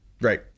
Right